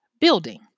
building